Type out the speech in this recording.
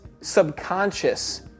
subconscious